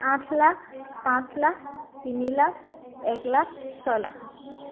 আঠ লাখ পাঁচ লাখ তিনি লাখ এক লাখ ছয় লাখ